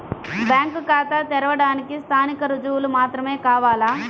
Bank ఖాతా తెరవడానికి స్థానిక రుజువులు మాత్రమే కావాలా?